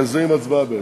זה עם הצבעה בעצם.